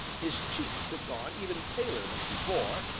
his cheeks had gone even paler than before,